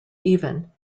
even